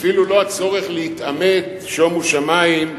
אפילו לא הצורך להתעמת, שומו שמים,